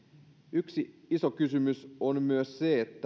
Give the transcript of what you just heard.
yksi iso kysymys on myös se että